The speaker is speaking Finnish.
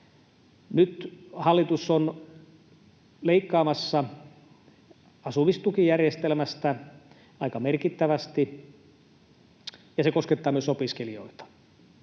Nyt hallitus on leikkaamassa asumistukijärjestelmästä aika merkittävästi, ja se koskettaa myös opiskelijoita.